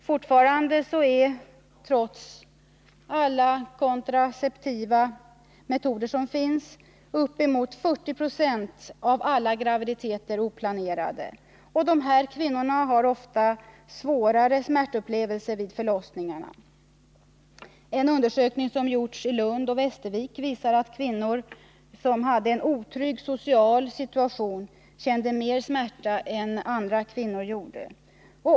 Fortfarande är, trots alla kontraceptiva metoder som finns, uppemot 4096 av alla graviditeter oplanerade, och dessa kvinnor har ofta svårare smärtupplevelser vid förlossningarna. En undersökning som gjorts i Lund och Västervik visar att kvinnor som hade en otrygg social situation kände mer smärta än andra kvinnor gjorde.